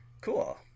cool